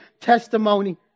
testimony